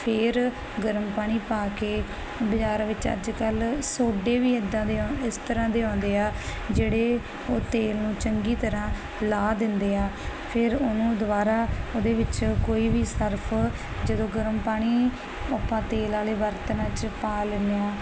ਫੇਰ ਗਰਮ ਪਾਣੀ ਪਾ ਕੇ ਬਾਜ਼ਾਰ ਵਿੱਚ ਅੱਜ ਕੱਲ ਸੋਡੇ ਵੀ ਇਦਾਂ ਦੇ ਆ ਇਸ ਤਰ੍ਹਾਂ ਦੇ ਆਉਂਦੇ ਆ ਜਿਹੜੇ ਉਹ ਤੇਲ ਨੂੰ ਚੰਗੀ ਤਰਹਾਂ ਲਾ ਦਿੰਦੇ ਆ ਫਿਰ ਉਹਨੂੰ ਦੁਬਾਰਾ ਉਹਦੇ ਵਿੱਚ ਕੋਈ ਵੀ ਸਰਫ ਜਦੋਂ ਗਰਮ ਪਾਣੀ ਆਪਾਂ ਤੇਲ ਆਲੇ ਬਰਤਨਾਂ ਚ ਪਾ ਲੈਦੇ ਆ